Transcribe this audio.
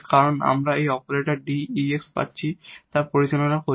কারণ যখন আমরা operate 𝐷 𝑒 𝑎𝑥 পাচ্ছি তা পরিচালনা করি